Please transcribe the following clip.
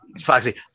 Foxy